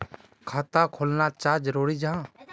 खाता खोलना चाँ जरुरी जाहा?